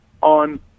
on